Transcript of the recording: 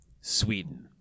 Sweden